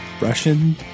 Russian